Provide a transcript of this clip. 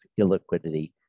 illiquidity